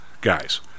guys